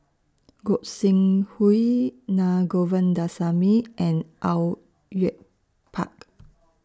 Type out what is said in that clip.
Gog Sing Hooi Na Govindasamy and Au Yue Pak